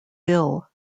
bill